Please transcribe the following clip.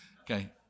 okay